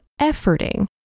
efforting